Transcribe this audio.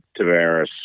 Tavares